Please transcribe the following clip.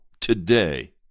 today